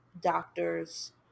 doctors